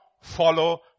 Follow